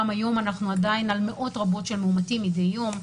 גם היום אנחנו עדיין על מאות רבות של מאומתים מדי יום,